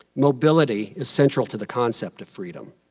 mobility is central to the concept of freedom.